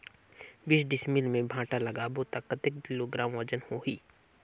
बीस डिसमिल मे भांटा लगाबो ता कतेक किलोग्राम वजन होही?